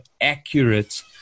accurate